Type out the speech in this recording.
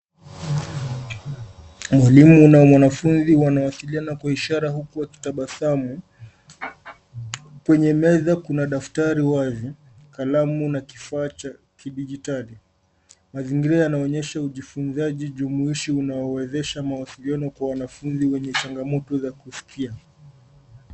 Mwalimu na mwanafunzi wanawasiliana kwa ishara huku wakitabasamu. Kwenye meza kuna daftari wazi, kalamu na kifaa cha kidijitali. Mazingira yanaonyesha ujifunzaji jumuishi unaowezesha mawasiliano kwa wanafunzi wenye changamoto za kusikia.